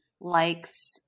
likes